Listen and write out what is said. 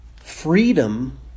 Freedom